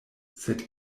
sed